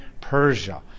Persia